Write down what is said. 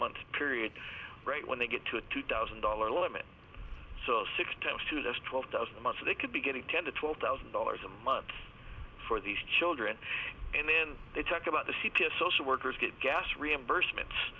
month period when they get to a two thousand dollars limit so six times two that's twelve thousand a month so they could be getting ten to twelve thousand dollars a month for these children and then they talk about the c p s social workers get gas reimbursement